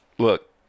Look